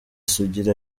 sugira